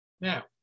Now